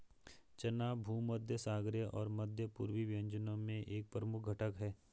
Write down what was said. चना भूमध्यसागरीय और मध्य पूर्वी व्यंजनों में एक प्रमुख घटक है